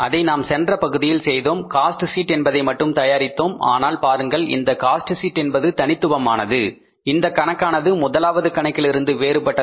அதை நாம் சென்ற பகுதியில் செய்தோம் காஸ்ட் ஷீட் என்பதை மட்டும் தயாரித்தோம் ஆனால் பாருங்கள் இந்த காஸ்ட் ஷீட் என்பது தனித்துவமானது இந்த கணக்கானது முதலாவது கணக்கிலிருந்து வேறுபட்டது